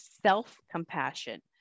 self-compassion